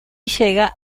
llega